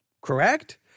Correct